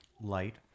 light